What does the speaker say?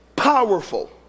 powerful